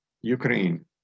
Ukraine